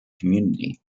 community